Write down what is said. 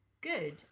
good